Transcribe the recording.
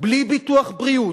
בלי ביטוח בריאות,